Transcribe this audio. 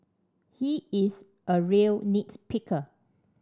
he is a real nit picker